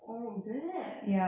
oh is it